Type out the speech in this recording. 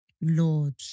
Lord